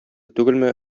түгелме